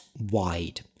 wide